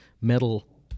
metal